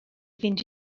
fynd